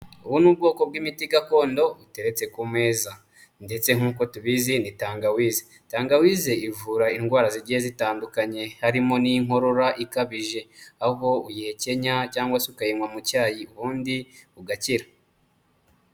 Ubu ni ubwoko bw'imiti gakondo buteretse ku meza ndetse nk'uko tubizi ni tangawize. Tangawise ivura indwara zigiye zitandukanye harimo n'inkorora ikabije, aho uyihekenya cyangwa se ukayinywa mu cyayi ubundi ugakira.